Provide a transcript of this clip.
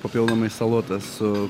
papildomai salotas su